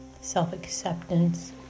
self-acceptance